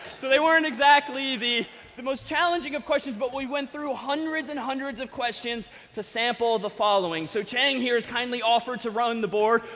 so they weren't exactly the the most challenging of questions, but we went through hundreds and hundreds of questions to sample the following. so cheng here has kindly offered to run the board.